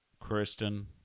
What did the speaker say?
Kristen